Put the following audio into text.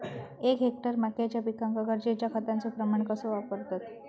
एक हेक्टर मक्याच्या पिकांका गरजेच्या खतांचो प्रमाण कसो वापरतत?